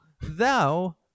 thou